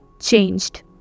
changed